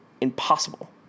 impossible